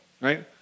right